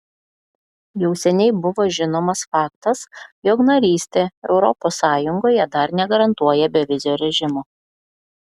jau seniai buvo žinomas faktas jog narystė europos sąjungoje dar negarantuoja bevizio režimo